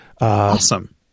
Awesome